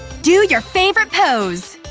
do your favorite pose!